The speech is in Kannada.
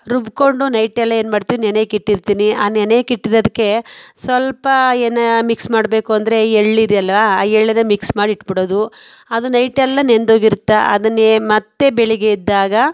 ರುಬ್ಬಿಕೊಂಡು ನೈಟೆಲ್ಲ ಏನು ಮಾಡ್ತೀನಿ ನೆನೆಯೋಕೆ ಇಟ್ಟಿರ್ತೀನಿ ಆ ನೆನೆಯೋಕೆ ಇಟ್ಟಿರೋದಕ್ಕೆ ಸ್ವಲ್ಪ ಏನು ಮಿಕ್ಸ್ ಮಾಡಬೇಕು ಅಂದರೆ ಎಳ್ಳಿದೆಯಲ್ಲ ಆ ಎಳ್ಳನ್ನು ಮಿಕ್ಸ್ ಮಾಡಿ ಇಟ್ಬಿಡೋದು ಅದು ನೈಟೆಲ್ಲ ನೆಂದೋಗಿರುತ್ತೆ ಅದನ್ನು ಮತ್ತು ಬೆಳಗ್ಗೆ ಎದ್ದಾಗ